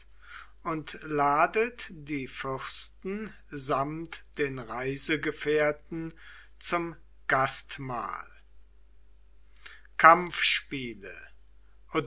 und ladet die fürsten samt den reisegefährten zum gastmahl